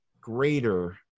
greater